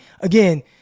again